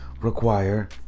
require